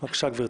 בבקשה, גברתי.